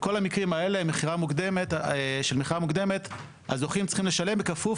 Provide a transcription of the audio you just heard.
בכל המקרים האלה של מכירה מוקדמת הזוכים צריכים לשלם בכפוף